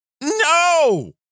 No